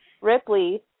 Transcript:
Ripley